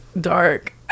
dark